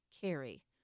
carry